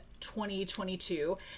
2022